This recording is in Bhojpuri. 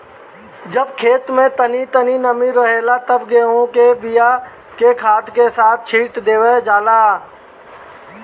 जब खेत में तनी तनी नमी रहेला त गेहू के बिया के खाद के साथ छिट देवल जाला